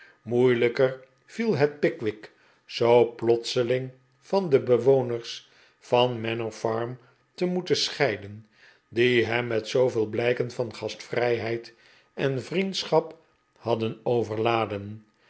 moeilijker viel het pickwick zoo plotseling van de bewoners van manor farm te moeten schfeiden die hem met zooveel blijken van gastvrijheid en vriendschap hadden overladen